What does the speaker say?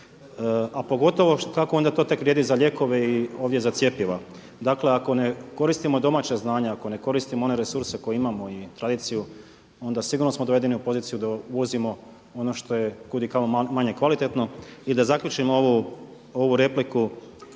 A pogotovo, kako onda to tek vrijedi za lijekove i ovdje za cjepiva. Dakle, ako ne koristimo domaća znanja, ako ne koristimo one resurse koje imamo i tradiciju, onda sigurno smo dovedeni u poziciju da uvozimo ono što je kudikamo manje kvalitetno. I da zaključimo ovu repliku,